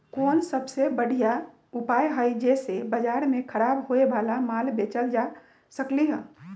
कोन सबसे बढ़िया उपाय हई जे से बाजार में खराब होये वाला माल बेचल जा सकली ह?